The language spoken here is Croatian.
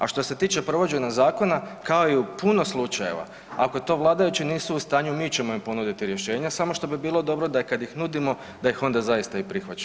A što se tiče provođenja zakona kao i u puno slučajeva, ako to vladajući nisu u stanju mi ćemo im ponuditi rješenja samo što bi bilo dobro da i kad ih nudimo da ih onda zaista i prihvaćaju.